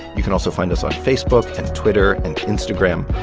you can also find us on facebook and twitter and instagram.